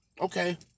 Okay